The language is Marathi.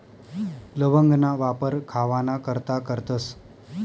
लवंगना वापर खावाना करता करतस